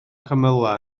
cymylau